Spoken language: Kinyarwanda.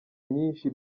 nyinshi